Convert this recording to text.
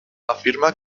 afirma